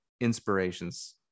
inspirations